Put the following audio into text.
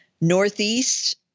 northeast